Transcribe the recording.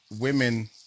women